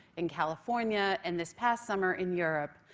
in california, and this past summer, in europe.